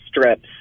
strips